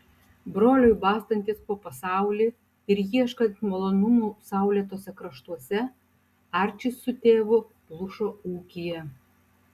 broliui bastantis po pasaulį ir ieškant malonumų saulėtuose kraštuose arčis su tėvu plušo ūkyje